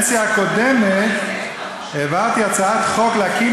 העברתי בקדנציה הקודמת הצעת חוק להקים